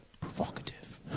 provocative